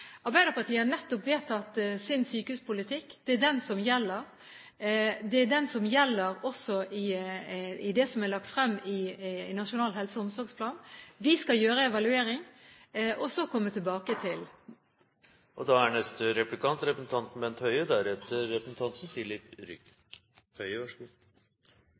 Arbeiderpartiet har nettopp vedtatt sin sykehuspolitikk. Det er den som gjelder. Det er den som gjelder også i det som er lagt frem i Nasjonal helse- og omsorgsplan. Vi skal gjøre en evaluering, og så komme tilbake. Jeg regner med at det er inspirerende for Senterpartiet og SV å høre fra statsråden at det er